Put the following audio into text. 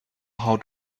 how